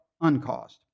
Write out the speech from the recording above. uncaused